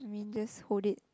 mean just hold it